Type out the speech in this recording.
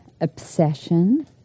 obsession